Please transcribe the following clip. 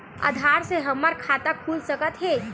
आधार से हमर खाता खुल सकत हे?